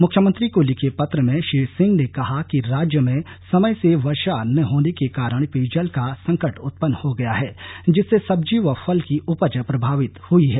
मुख्यमंत्री को लिखे पत्र में श्री सिंह ने कहा कि राज्य में समय से वर्षा न होने के कारण पेयजल का संकट उत्पन्न हो गया है जिससे सब्जी व फल की उपज प्रभावित हई है